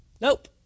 Nope